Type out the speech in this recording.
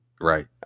Right